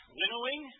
winnowing